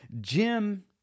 Jim